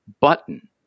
button